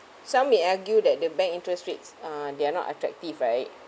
some may argue that the bank interest rates uh they are not attractive right